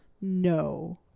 No